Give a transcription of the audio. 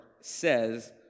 says